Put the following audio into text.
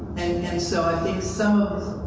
and so, i think some